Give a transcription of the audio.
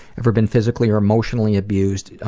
ever been physically or emotionally abused?